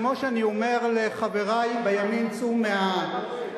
כמו שאני אומר לחברי בימין צאו מהאובססיה,